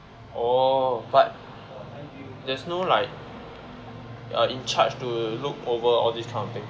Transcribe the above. oh but there's no like a in charge to look over all these kind of thing